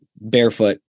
barefoot